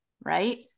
right